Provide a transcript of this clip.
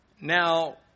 Now